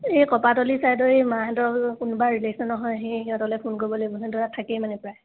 এই কপাহতলি ছাইডৰ এই মাইহঁতৰ কোনোবা ৰিলেশ্যনৰ হয় সেই সিহঁতলৈ ফোন কৰিব লাগিব সিহঁতৰ তাত থাকেই মানে প্ৰায়